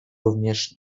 również